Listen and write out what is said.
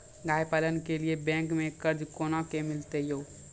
गाय पालन के लिए बैंक से कर्ज कोना के मिलते यो?